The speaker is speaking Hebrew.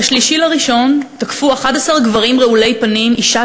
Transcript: ב-3 בינואר תקפו 11 גברים רעולי פנים אישה